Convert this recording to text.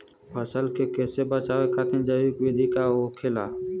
फसल के कियेसे बचाव खातिन जैविक विधि का होखेला?